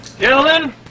Gentlemen